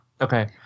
okay